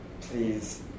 please